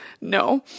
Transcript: No